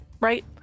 right